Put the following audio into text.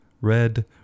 red